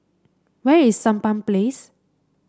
where is Sampan Place